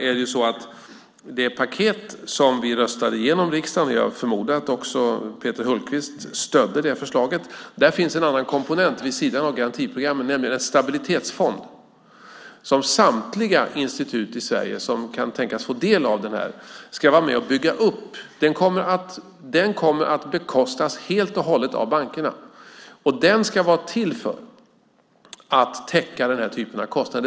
I det paket som vi röstade igenom i riksdagen, och jag förmodar att också Peter Hultqvist stödde det förslaget, finns det en annan komponent vid sidan av garantiprogrammet, nämligen en stabilitetsfond som samtliga institut i Sverige som kan tänkas få del av denna ska vara med och bygga upp. Den kommer att bekostas helt och hållet av bankerna. Den ska vara till för att täcka denna typ av kostnader.